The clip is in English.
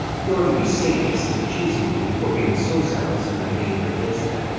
nor do we say this as accusing thee for being so zealous in thy anger against them,